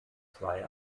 zwei